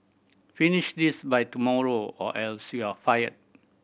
finish this by tomorrow or else you'll fired